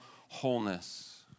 wholeness